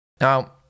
Now